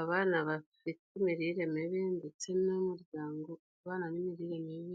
abana bafite imirire mibi ndetse n'umuryango ubana n'imirire mibi.